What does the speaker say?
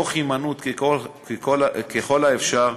תוך הימנעות, ככל האפשר,